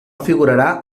figurarà